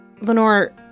Lenore